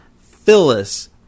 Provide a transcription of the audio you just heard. Phyllis